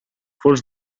fons